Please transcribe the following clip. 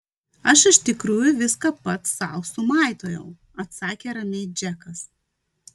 aš iš tikrųjų viską pats sau sumaitojau atsakė ramiai džekas